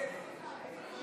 אנחנו